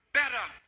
better